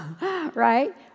right